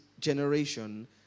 generation